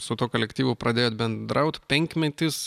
su tuo kolektyvu pradėjot bendraut penkmetis